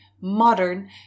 modern